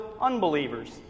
unbelievers